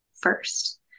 first